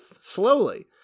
slowly